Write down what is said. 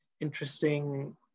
interesting